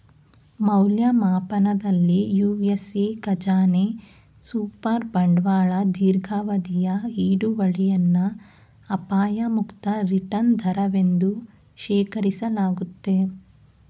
ಮೌಲ್ಯಮಾಪನದಲ್ಲಿ ಯು.ಎಸ್.ಎ ಖಜಾನೆ ಸೂಪರ್ ಬಾಂಡ್ಗಳ ದೀರ್ಘಾವಧಿಯ ಹಿಡುವಳಿಯನ್ನ ಅಪಾಯ ಮುಕ್ತ ರಿಟರ್ನ್ ದರವೆಂದು ಶೇಖರಿಸಲಾಗುತ್ತೆ